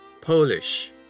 Polish